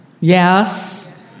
Yes